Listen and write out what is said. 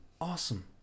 Awesome